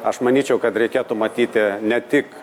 aš manyčiau kad reikėtų matyti ne tik